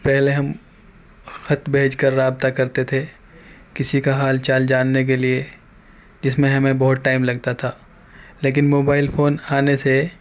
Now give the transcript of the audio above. پہلے ہم خط بھیج کر رابطہ کرتے تھے کسی کا حال چال جاننے کے لیے جس میں ہمیں بہت ٹائم لگتا تھا لیکن موبائل فون آنے سے